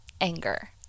anger